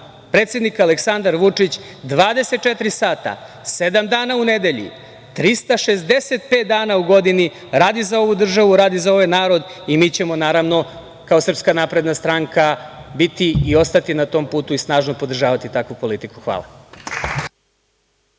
vrati? Predsednik Aleksandar Vučić dvadeset i četiri sata, sedam dana u nedelji, 365 dana u godini radi za ovu državu, radi za ovaj narod i mi ćemo, naravno, kao Srpska napredna stranka biti i ostati na tom putu i snažno podržavati takvu politiku. Hvala.